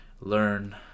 learn